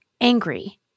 angry